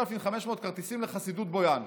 3,500 כרטיסים לחסידות בויאן.